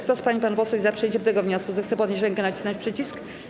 Kto z pań i panów posłów jest za przyjęciem tego wniosku, zechce podnieść rękę i nacisnąć przycisk.